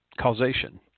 causation